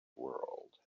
world